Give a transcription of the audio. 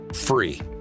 free